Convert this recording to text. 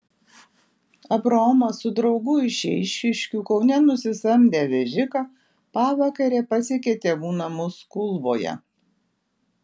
abraomas su draugu iš eišiškių kaune nusisamdę vežiką pavakare pasiekė tėvų namus kulvoje